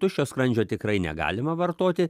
tuščio skrandžio tikrai negalima vartoti